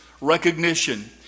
Recognition